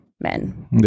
men